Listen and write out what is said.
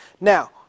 Now